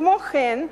כמו כן,